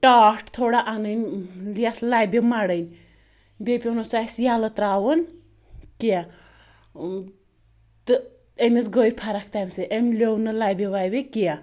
ٹاٹھ تھوڑا اَنٕنۍ یَتھ لَبہِ مڑٕنۍ بیٚیہِ پیٚو نہٕ سُہ اسہِ یَلہٕ تراوُن کیٚنٛہہ تہٕ أمِس گٔے فرق تَمہِ سۭتۍ أمۍ لیٚو نہٕ لَبہِ وَبہِ کیٚنٛہہ